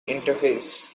interferes